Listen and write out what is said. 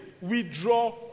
Withdraw